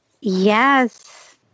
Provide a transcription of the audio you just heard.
Yes